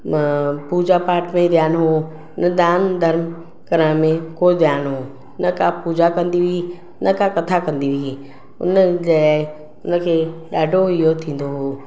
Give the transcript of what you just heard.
न पूॼा पाठ में ध्यानु हो न दानु धर्म करण में को ध्यानु हो न का पूॼा न का कथा कंदी हुई उनजे उनखे ॾाढो इहो थींदो हो